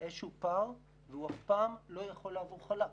איזשהו פער והוא אף פעם לא יכול לעבור חלק.